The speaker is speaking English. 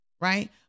right